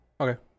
Okay